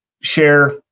share